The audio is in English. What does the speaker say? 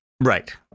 Right